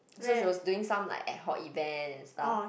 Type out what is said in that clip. so she was doing some like ad-hoc event and stuff